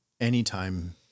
Anytime